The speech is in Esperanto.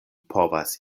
povas